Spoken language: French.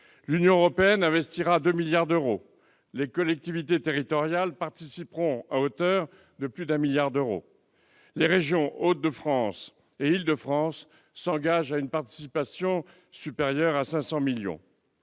L'Union européenne investira 2 milliards d'euros. Les collectivités territoriales participeront à hauteur de plus de 1 milliard d'euros. Les régions Hauts-de-France et d'Île-de-France s'engagent à une participation supérieure à 500 millions